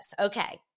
Okay